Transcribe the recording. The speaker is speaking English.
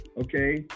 okay